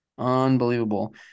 unbelievable